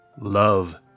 love